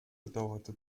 bedauerte